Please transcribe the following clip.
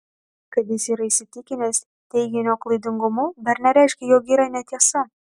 kad jis yra įsitikinęs teiginio klaidingumu dar nereiškia jog yra netiesa